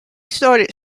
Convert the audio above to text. started